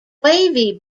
wavy